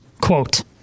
quote